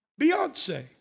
Beyonce